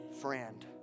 Friend